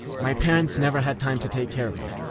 my parents never had time to take care of me.